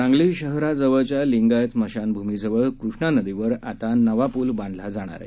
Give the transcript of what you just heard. सांगली शहराजवळच्या लिंगायत स्मशानभूमीजवळ कृष्णा नदीवर आता नवा पूल बांधला जाणार आहे